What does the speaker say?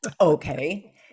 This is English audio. Okay